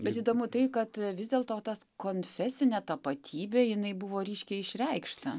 bet įdomu tai kad vis dėlto tas konfesinė tapatybė jinai buvo ryškiai išreikšta